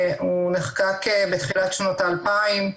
הוא נחקק בתחילת שנות ה-2000.